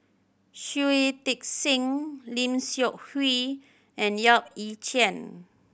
Shui Tit Sing Lim Seok Hui and Yap Ee Chian